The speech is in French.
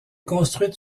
construite